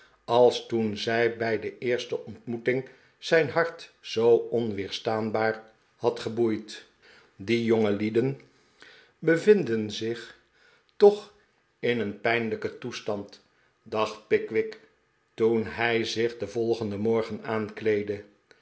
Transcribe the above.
als toen zij bij de eerste ontmoeting zijn hart zoo onweerstaanbaar had geboeid die jongelieden bevinden zich toch in de pick wick club eeri pijnlijken toestand dacht pickwick toen hij zich den volgenden morgen aankleedde